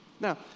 Now